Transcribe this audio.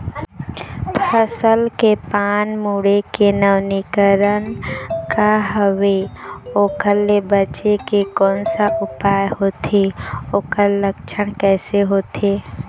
फसल के पान मुड़े के नवीनीकरण का हवे ओकर ले बचे के कोन सा उपाय होथे ओकर लक्षण कैसे होथे?